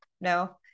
No